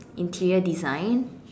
interior design